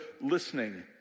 listening